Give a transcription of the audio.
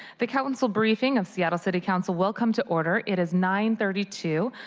the council briefing of seattle city council welcomes to order. it is nine thirty two.